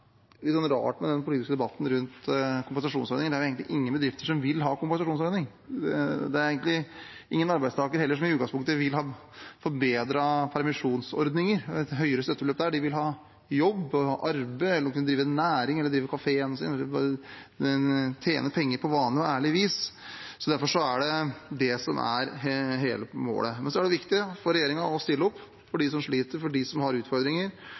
egentlig ingen arbeidstakere heller som i utgangspunktet vil ha forbedrede permisjonsordninger og et høyere støttebeløp der. De vil ha jobb og arbeid eller kunne drive en næring eller kafeen sin og tjene penger på vanlig og ærlig vis. Derfor er det det som er hele målet. Men så er det viktig for regjeringen å stille opp for dem som sliter, for dem som har utfordringer,